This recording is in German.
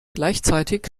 gleichzeitig